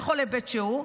בכל היבט שהוא,